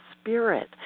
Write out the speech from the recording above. spirit